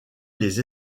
les